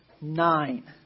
nine